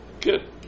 Good